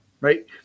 right